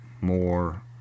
more